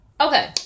Okay